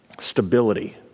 Stability